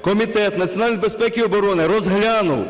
Комітет національної безпеки і оборони розглянув